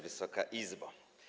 Wysoka Izbo!